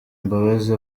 imbabazi